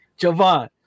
Javon